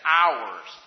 hours